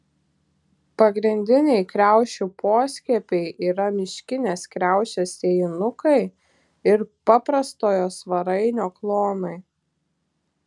pagrindiniai kriaušių poskiepiai yra miškinės kriaušės sėjinukai ir paprastojo svarainio klonai